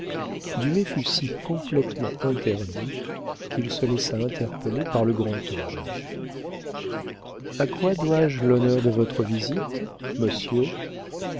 fut si complétement interdit qu'il se laissa interpeller par le grand homme a quoi dois-je l'honneur de votre visite monsieur